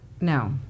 No